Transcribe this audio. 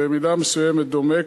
במידה מסוימת דומה,